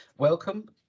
Welcome